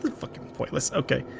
fucking pointless, okay.